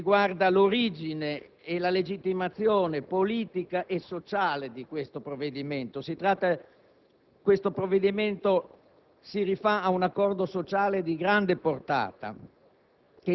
riguarda l'origine e la legittimazione politica e sociale del provvedimento. Esso si rifà ad un accordo sociale di grande portata,